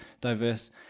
diverse